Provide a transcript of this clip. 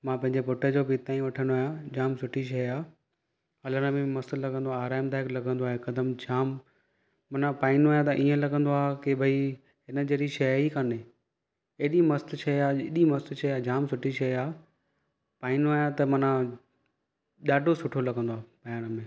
मां पंहिंजे पुट जो बि हितां ई वठंदो आहियां जाम सुठी शइ आहे हलण में बि मस्तु लॻंदो आहे आरामदायक लॻंदो आहे हिकदमि जाम माना पाईंदो आहियां त ईअं लॻंदो आहे की भई हिन जहिड़ी शइ ई कोन्हे एॾी मस्तु शइ आहे एॾी मस्तु शइ आहे जाम सुठी शइ आहे पाईंदो आहियां त माना ॾाढो सुठो लॻंदो आहे पाइण में